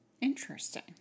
Interesting